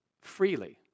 freely